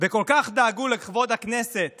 וכל כך דאגו לכבוד הכנסת